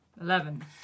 Eleven